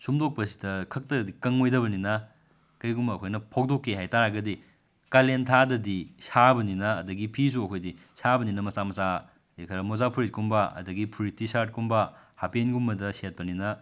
ꯁꯨꯝꯗꯣꯛꯄꯁꯤꯗ ꯈꯛꯇꯅꯗꯤ ꯀꯪꯉꯣꯏꯗꯕꯅꯤꯅ ꯀꯔꯤꯒꯨꯝꯕ ꯑꯩꯈꯣꯏꯅ ꯐꯧꯗꯣꯛꯀꯦ ꯍꯥꯏꯕꯇꯥꯔꯒꯗꯤ ꯀꯥꯂꯦꯟ ꯊꯥꯗꯗꯤ ꯁꯥꯕꯅꯤꯅ ꯑꯗꯨꯗꯒꯤ ꯐꯤꯁꯨ ꯑꯩꯈꯣꯏꯗꯤ ꯁꯥꯕꯅꯤꯅ ꯃꯆꯥ ꯃꯆꯥ ꯈꯔ ꯃꯣꯖꯥ ꯐꯨꯔꯤꯠꯒꯨꯝꯕ ꯑꯗꯨꯗꯒꯤ ꯐꯨꯔꯤꯠ ꯇꯤꯁꯥꯔꯠ ꯒꯨꯝꯕ ꯍꯥꯄꯦꯟꯒꯨꯝꯕꯇ ꯁꯦꯠꯄꯅꯤꯅ